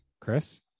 Chris